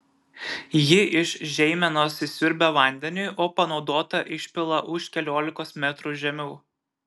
ji iš žeimenos įsiurbia vandenį o panaudotą išpila už keliolikos metrų žemiau